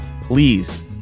Please